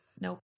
Nope